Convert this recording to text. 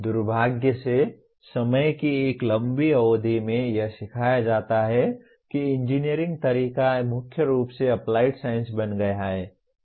दुर्भाग्य से समय की एक लंबी अवधि में यह सिखाया जाता है कि इंजीनियरिंग तरीका मुख्य रूप से एप्लाइड साइंस बन गया है